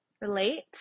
relate